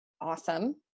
awesome